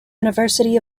university